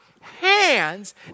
hands